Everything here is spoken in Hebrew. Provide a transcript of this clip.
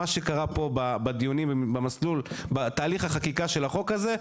מה שקרה פה בדיונים במסלול בתהליך החקיקה של החוק הזה,